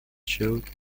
showed